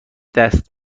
دست